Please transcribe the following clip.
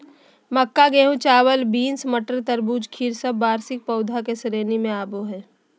मक्का, गेहूं, चावल, बींस, मटर, तरबूज, खीर सब वार्षिक पौधा के श्रेणी मे आवो हय